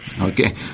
Okay